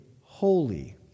holy